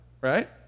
right